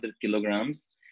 kilograms